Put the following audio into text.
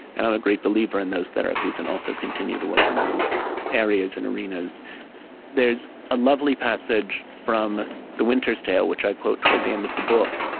and i'm a great believer in those therapies, and also continue to work in those areas and arenas there's a lovely passage from the winter's tale, which i quote toward the end of the book,